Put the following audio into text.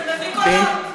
זה מביא קולות.